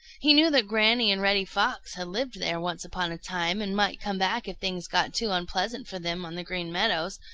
he knew that granny and reddy fox had lived there once upon a time and might come back if things got too unpleasant for them on the green meadows,